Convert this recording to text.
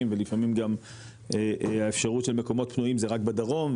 ולפעמים גם האפשרות של מקומות פנויים זה רק בדרום,